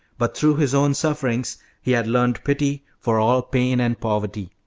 but through his own sufferings he had learned pity for all pain and poverty.